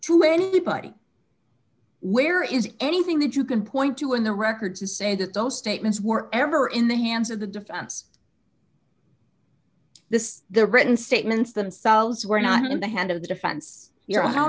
to anybody where is anything that you can point to in the records to say that those statements were ever in the hands of the defense this the written statements themselves were not in the hand of the defense y